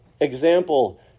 example